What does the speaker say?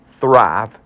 thrive